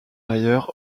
ailleurs